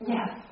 Yes